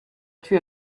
tür